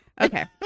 Okay